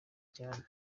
cyane